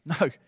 No